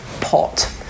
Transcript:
pot